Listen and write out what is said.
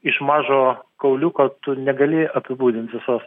iš mažo kauliuko tu negali apibūdint visos